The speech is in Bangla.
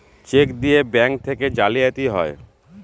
চেক দিয়ে ব্যাঙ্ক থেকে জালিয়াতি হয়